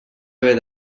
haver